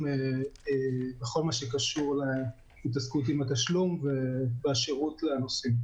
בכל מה שקשור להתעסקות עם התשלום והשירות לנוסעים.